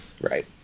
Right